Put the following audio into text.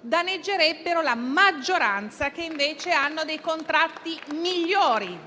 danneggerebbero la maggioranza che invece ha dei contratti migliori.